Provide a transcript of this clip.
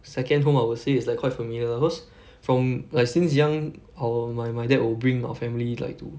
second home I will say it's like quite familiar because from like since young our my my dad will bring our family like to